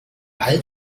all